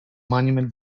monument